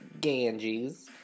Ganges